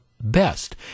best